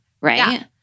right